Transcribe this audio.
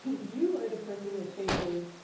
you are the person that changes.